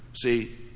See